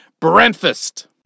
Breakfast